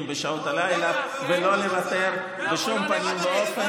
בשעות הלילה ולא לוותר בשום פנים ואופן.